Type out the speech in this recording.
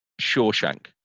shawshank